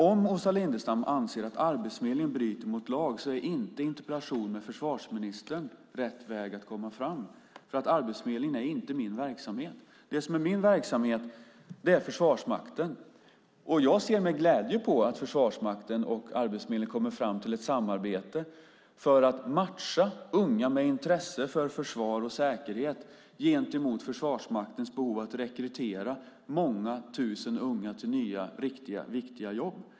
Om Åsa Lindestam anser att Arbetsförmedlingen bryter mot lag är inte en interpellation till försvarsministern rätt väg att komma fram, för Arbetsförmedlingen är inte mitt ansvarsområde. Det som är mitt verksamhetsområde är Försvarsmakten. Jag ser med glädje på att Försvarsmakten och Arbetsförmedlingen kommer fram till ett samarbete för att matcha unga med intresse för försvar och säkerhet gentemot Försvarsmaktens behov att rekrytera många tusen unga till nya riktiga viktiga jobb.